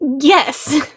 Yes